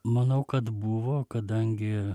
manau kad buvo kadangi